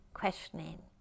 questioning